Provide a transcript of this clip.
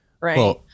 Right